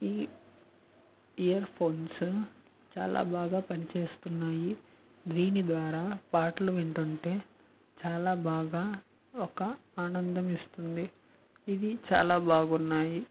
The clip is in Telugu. ఈ ఇయర్ ఫోన్స్ చాలా బాగా పనిచేస్తున్నాయి దీని ద్వారా పాటలు వింటుంటే చాలా బాగా ఒక ఆనందం ఇస్తుంది ఇవి చాలా బాగున్నాయి